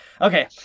okay